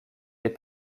les